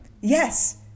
Yes